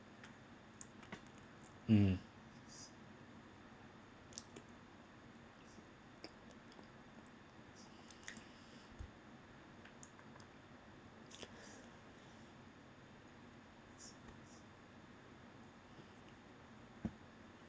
um